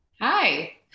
hi